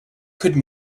could